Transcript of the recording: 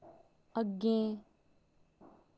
अग्गै